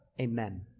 amen